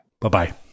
Bye-bye